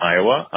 Iowa